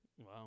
Wow